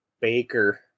Baker